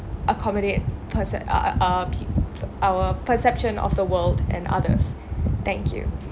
accommodate perso~ uh uh uh pe~ pe~ our perception of the world and others thank you